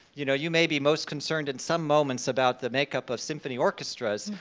you know you may be most concerned in some moments about the makeup of symphony orchestras,